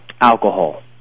alcohol